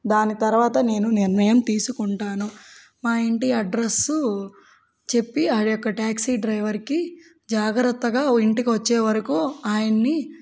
దాని తర్వాత నేను నిర్ణయం తీసుకుంటాను మా ఇంటి అడ్రస్సు చెప్పి ఆ యొక్క టాక్సీ డ్రైవర్కి జాగ్రత్తగా ఇంటికి వచ్చేవరకు ఆయన్ని